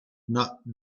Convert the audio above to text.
not